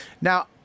Now